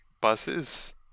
buses